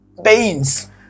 Beans